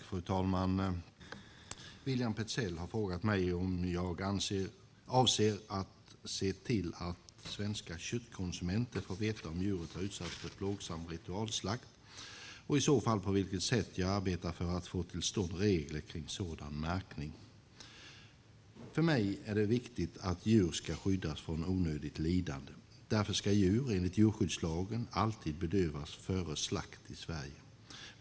Fru talman! William Petzäll har frågat mig om jag avser att se till att svenska köttkonsumenter får veta om djuret har utsatts för plågsam ritualslakt och i så fall på vilket sätt jag arbetar för att få till stånd regler kring sådan märkning. För mig är det viktigt att djur ska skyddas från onödigt lidande. Därför ska djur, enligt djurskyddslagen, alltid bedövas före slakt i Sverige.